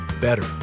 better